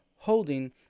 holding